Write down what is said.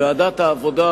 ועדת העבודה,